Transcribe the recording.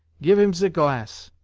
give him ze glass